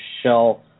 shell